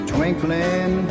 Twinkling